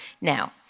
Now